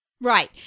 Right